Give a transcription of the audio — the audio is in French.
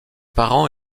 parents